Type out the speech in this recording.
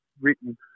written